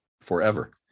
forever